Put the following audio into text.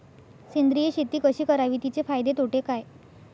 सेंद्रिय शेती कशी करावी? तिचे फायदे तोटे काय?